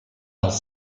als